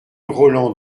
roland